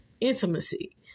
intimacy